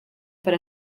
para